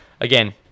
again